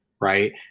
right